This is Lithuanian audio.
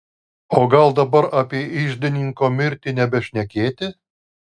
o gal dabar apie iždininko mirtį nebešnekėti